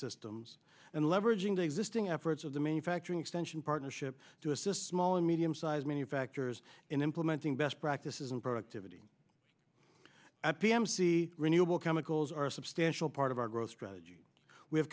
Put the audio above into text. systems and leveraging the existing efforts of the manufacturing extension partnership to assist small and medium sized manufacturers in implementing best practices and productivity i p m c renewable chemicals are a substantial part of our growth strategy we have